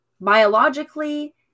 biologically